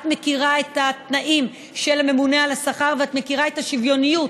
את מכירה את התנאים של הממונה על השכר ואת מכירה את השוויוניות